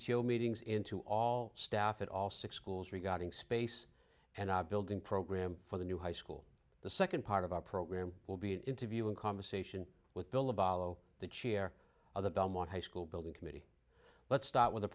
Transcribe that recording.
meetings into all staff at all six schools regarding space and i building program for the new high school the second part of our program will be an interview a conversation with bill a bhalo the chair of the belmont high school building committee let's start with a